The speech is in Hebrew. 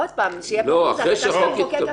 עוד פעם, שיהיה פשוט, החלטה של המחוקק.